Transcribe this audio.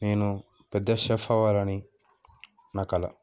నేను పెద్ద చెఫ్ అవ్వాలని అని నా కల